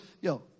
yo